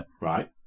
Right